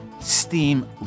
steam